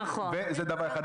זה דבר אחד.